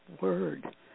word